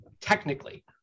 technically